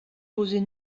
poser